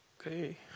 Okay